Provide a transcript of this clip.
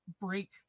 break